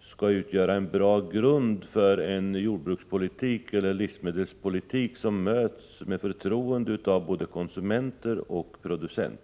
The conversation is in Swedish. skall utgöra en bra grund för en jordbrukspolitik eller livsmedelspolitik som kan mötas med förtroende av både konsumenter och producenter.